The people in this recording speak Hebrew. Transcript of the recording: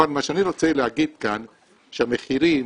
מה שאני רוצה להגיד כאן זה שהמחירים